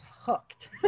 hooked